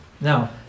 Now